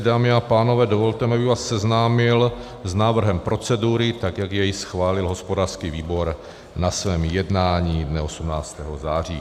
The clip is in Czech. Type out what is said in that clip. Dámy a pánové, dovolte mi, abych vás seznámil s návrhem procedury, jak ji schválil hospodářský výbor na svém jednání dne 18. září.